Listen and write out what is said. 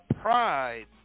pride